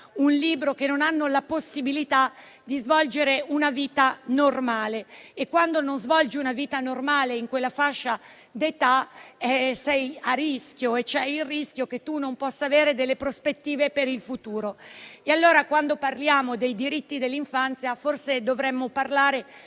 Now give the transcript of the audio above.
un libro, che non hanno la possibilità di svolgere una vita normale. E, quando non si svolge una vita normale in quella fascia d'età, si è a rischio e c'è il rischio che non si possano avere delle prospettive per il futuro. Quando parliamo dei diritti dell'infanzia, forse dovremmo parlare